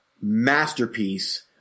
masterpiece